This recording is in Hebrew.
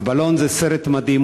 "הבלון" זה סרט מדהים.